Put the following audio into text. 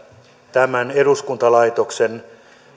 tämän eduskuntalaitoksen